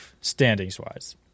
standings-wise